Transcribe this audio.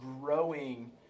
growing